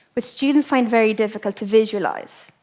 which students find very difficult to visualize.